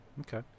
Okay